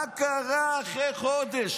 מה קרה אחרי חודש?